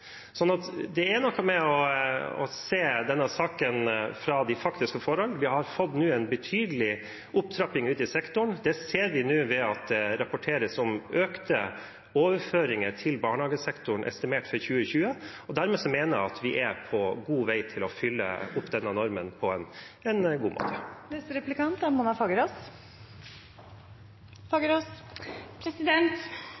Det er noe med å se hva som er de faktiske forhold i denne saken. Vi har fått en betydelig opptrapping ute i sektoren. Det ser vi nå ved at det estimert for 2020 rapporteres om økte overføringer til barnehagesektoren. Dermed mener jeg at vi er på god vei til å oppfylle denne normen på en god måte. «Skolemat er et viktig måltid, og sunn mat er